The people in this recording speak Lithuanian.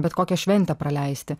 bet kokią šventę praleisti